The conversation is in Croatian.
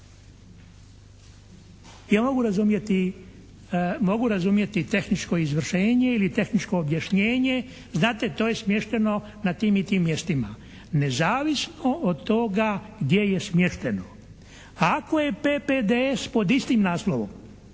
mogu razumjeti tehničko izvršenje ili tehničko objašnjenje. Znate to je smješteno na tim i tim mjestima. Nezavisno od toga gdje je smješteno. Ako je «PPDS» pod istim naslovom,